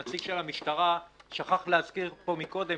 הנציג של המשטרה שכח להזכיר פה קודם